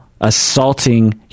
assaulting